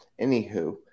Anywho